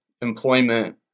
employment